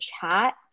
chat